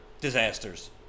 disasters